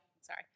Sorry